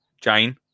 Jane